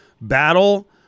battle